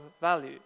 value